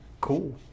cool